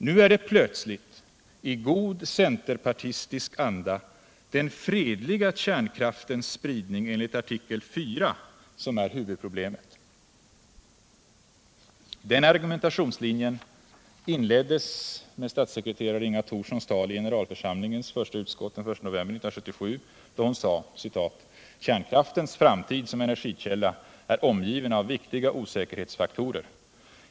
Nu är det plötsligt — i god centerpartistisk anda — den fredliga kärnkraftens spridning enligt artikel 6 som är huvudproblemet. Den argumentationslinjen inleddes med statssekreterare Inga Thorssons tal i generalförsamlingens första utskott den 1 november 1977, då hon sade: ”Kärnkraftens framtid som energikälla är omgiven av viktiga osäkerhetsfaktorer.